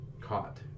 caught